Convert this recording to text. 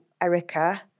Erica